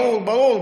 ברור,